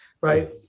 Right